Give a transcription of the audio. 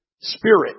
Spirit